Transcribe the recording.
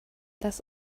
das